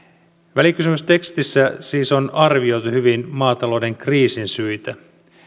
välikysymystekstissä siis on arvioitu hyvin maatalouden kriisin syitä